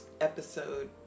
episode